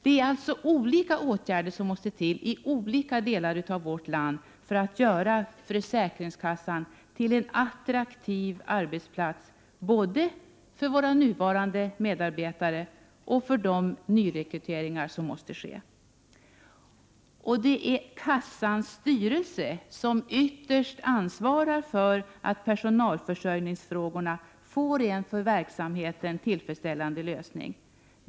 Det är alltså olika åtgärder som måste vidtas i olika delar av vårt land för att försäkringskassan skall göras till en attraktiv arbetsplats både för våra nuvarande medarbetare och för dem som kommer att nyrekryteras. Det är kassans styrelse som ytterst ansvarar för att personalförsörjningsfrågorna får en för verksamheten tillfredsställande lösning.